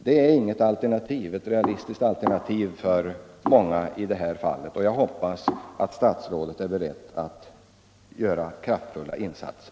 Det är inget realistiskt alternativ för många, och jag hoppas att statsrådet är beredd att göra kraftfullare insatser.